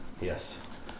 Yes